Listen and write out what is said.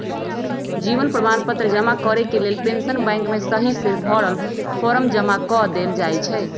जीवन प्रमाण पत्र जमा करेके लेल पेंशन बैंक में सहिसे भरल फॉर्म जमा कऽ देल जाइ छइ